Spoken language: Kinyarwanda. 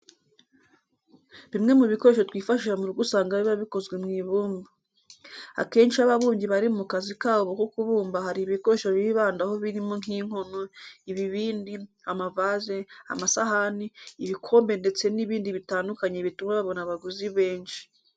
Bimwe mu bikoresho twifashisha mu rugo usanga biba bikozwe mu ibumba. Akenshi iyo ababumbyi bari mu kazi kabo ko kubumba hari ibikoresho bibandaho birimo nk'inkono, ibibindi, amavaze, amasahani, ibikombe ndetse n'ibindi bitandukanye bituma babona abaguzi benshi.